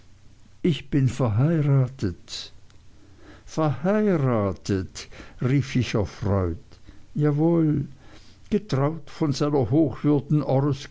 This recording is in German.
ich bin verheiratet verheiratet rief ich erfreut jawohl getraut von seiner hochwürden